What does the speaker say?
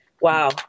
Wow